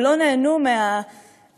ולא נהנו מהסכום,